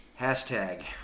hashtag